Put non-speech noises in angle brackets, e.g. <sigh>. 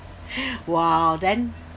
<breath> !wow! then